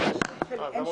טוב.